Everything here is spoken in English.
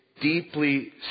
deeply